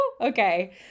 Okay